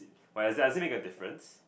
but does it make a difference